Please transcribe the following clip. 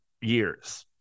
years